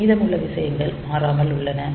மீதமுள்ள விஷயங்கள் மாறாமல் உள்ளன